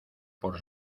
por